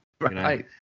right